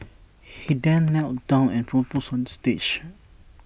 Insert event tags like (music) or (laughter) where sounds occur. (noise) he then knelt down and proposed on stage